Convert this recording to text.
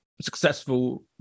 successful